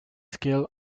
scale